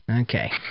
Okay